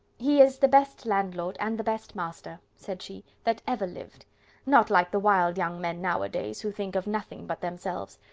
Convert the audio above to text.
he is the best landlord, and the best master, said she, that ever lived not like the wild young men nowadays, who think of nothing but themselves.